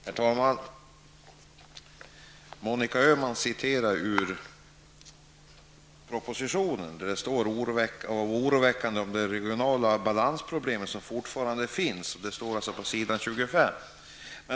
Herr talman! Monica Öhman citerar ur propositionen, s. 25, där det står att det är oroväckande med de balansproblem som fortfarande finns.